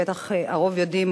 בטח הרוב יודעים,